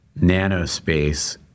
nanospace